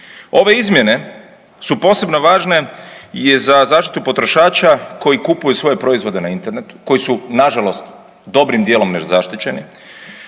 Ove izmjene su posebno važne za zaštitu potrošača koji kupuju svoje proizvode na internetu koji su nažalost dobrim dijelom nezaštićeni,